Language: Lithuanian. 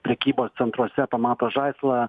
prekybos centruose pamato žaislą